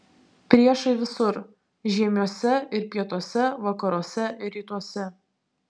priešai visur žiemiuose ir pietuose vakaruose ir rytuose